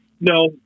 No